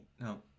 No